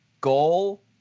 goal